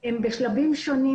אני טיפלתי בתיקים דומים.